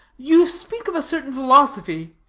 you speak of a certain philosophy,